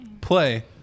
play